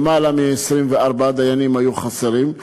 למעלה מ-24 דיינים היו חסרים.